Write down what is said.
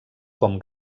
com